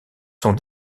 sont